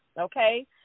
okay